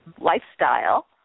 lifestyle